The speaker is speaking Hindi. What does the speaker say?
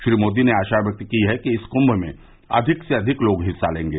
श्री मोदी ने आशा व्यक्त की है कि इस कुम्म में अधिक से अधिक लोग हिस्सा लेंगे